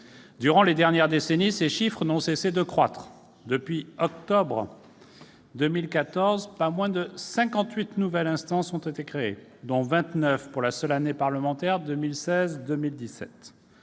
Durant les dernières décennies, ces chiffres n'ont cessé de croître. Depuis octobre 2014, pas moins de 58 nouvelles instances ont été créées, dont 29 au cours de la seule année parlementaire 2016-2017.